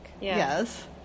yes